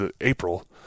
April